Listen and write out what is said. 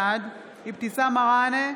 בעד אבתיסאם מראענה,